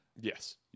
Yes